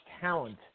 talent